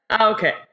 Okay